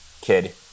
kid